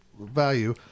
value